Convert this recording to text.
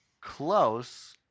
Close